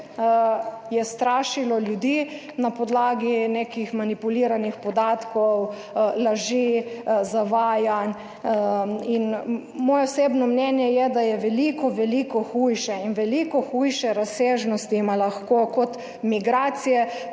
je strašilo ljudi na podlagi nekih manipuliranih podatkov, laži, zavajanj. In moje osebno mnenje je, da je veliko, veliko hujše in veliko hujše razsežnosti ima lahko kot migracije